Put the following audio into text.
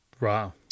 Wow